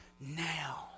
now